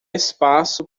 espaço